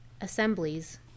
assemblies